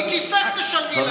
מכיסך תשלמי.